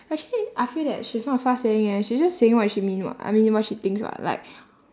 actually I feel that she's not fuss saying eh she's just saying what she mean [what] I mean what she thinks [what] like